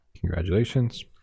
congratulations